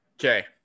Okay